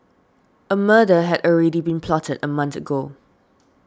a murder had already been plotted a month ago